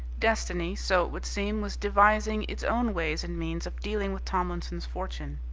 destiny, so it would seem, was devising its own ways and means of dealing with tomlinson's fortune.